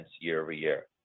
year-over-year